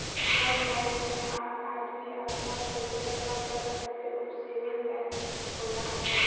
जउन बैंक मे आम आदमी आपन पइसा जमा करत हवे ऊ सेविंग बैंक होला